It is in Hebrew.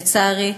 לצערי,